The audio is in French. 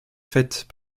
faites